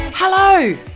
Hello